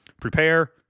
prepare